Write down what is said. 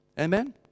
Amen